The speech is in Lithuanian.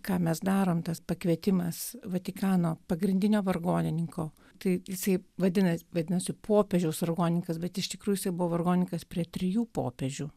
ką mes darome tas pakvietimas vatikano pagrindinio vargonininko tai jisai vadinasi vadinasi popiežiaus vargonininkas bet iš tikrųjų buvo vargonininkas prie trijų popiežių